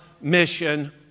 mission